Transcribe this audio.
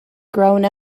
grown